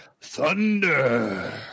Thunder